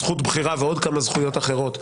זכות בחירה ועוד כמה זכויות אחרות,